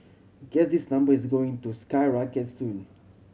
guess this number is going to skyrocket soon